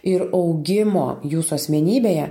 ir augimo jūsų asmenybėje